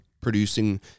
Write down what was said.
producing